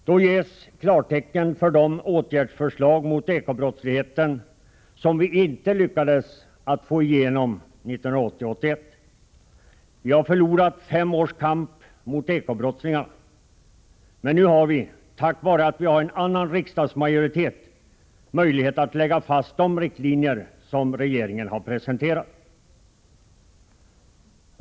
Då ges klartecken för de åtgärdsförslag mot eko-brottsligheten som vi inte lyckades få igenom 1980/81. Vi har förlorat fem års kamp mot eko-brottslingarna. Men nu kan vi, tack vare att det är en annan riksdagsmajoritet, lägga fast de riktlinjer som regeringen har presenterat.